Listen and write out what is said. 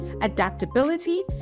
adaptability